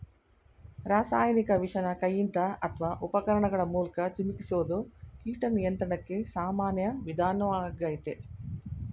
ರಾಸಾಯನಿಕ ವಿಷನ ಕೈಯಿಂದ ಅತ್ವ ಉಪಕರಣಗಳ ಮೂಲ್ಕ ಚಿಮುಕಿಸೋದು ಕೀಟ ನಿಯಂತ್ರಣಕ್ಕೆ ಸಾಮಾನ್ಯ ವಿಧಾನ್ವಾಗಯ್ತೆ